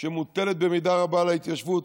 שמוטלת במידה רבה על ההתיישבות,